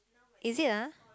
is it ah